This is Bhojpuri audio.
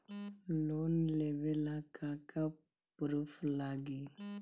लोन लेबे ला का का पुरुफ लागि?